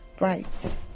Right